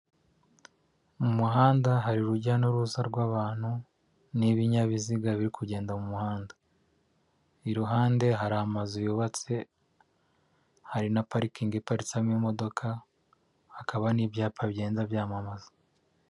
Mu muhanda hari urujya n'uruza rw'abantu, n'ibinyabiziga biri kugenda mu muhanda. I ruhande hari amazu y'ubatse, hari na parikingi iparitsemo imodoka, hakaba n'ibyapa bigenda byamamaza.